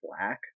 Black